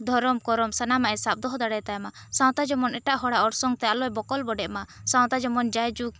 ᱫᱷᱚᱨᱚᱢ ᱠᱚᱨᱚᱢ ᱥᱟᱱᱟᱢᱟᱜ ᱮ ᱥᱟᱵ ᱫᱚᱦᱚ ᱫᱟᱲᱮᱭᱟᱛᱟᱭᱢᱟ ᱥᱟᱶᱛᱟ ᱡᱮᱢᱚᱱ ᱮᱴᱟᱜ ᱦᱚᱲᱟᱜ ᱚᱨᱥᱚᱝ ᱛᱮ ᱟᱞᱚᱭ ᱵᱚᱠᱚᱞ ᱵᱚᱰᱮ ᱢᱟ ᱥᱟᱶᱛᱟ ᱡᱮᱢᱚᱱ ᱡᱟᱭ ᱡᱩᱜᱽ